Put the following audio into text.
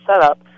setup